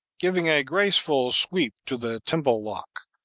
giving a graceful sweep to the temple-lock,